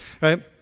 Right